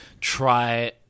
try